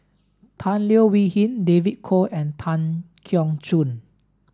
Tan Leo Wee Hin David Kwo and Tan Keong Choon